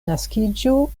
naskiĝo